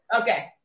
Okay